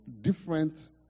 different